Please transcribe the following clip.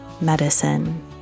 medicine